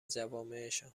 جوامعشان